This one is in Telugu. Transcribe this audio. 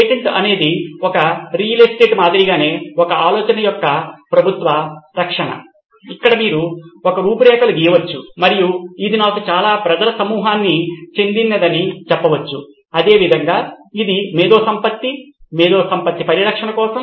పేటెంట్ అనేది ఒక రియల్ ఎస్టేట్ మాదిరిగానే ఒక ఆలోచన యొక్క ప్రభుత్వ రక్షణ ఇక్కడ మీరు ఒక రూపురేఖలు గీయవచ్చు మరియు ఇది నాకు లేదా ప్రజల సమూహానికి చెందినదని చెప్పవచ్చు అదే విధంగా ఇది మేధో సంపత్తి మేధో సంపత్తి పరిరక్షణ కోసం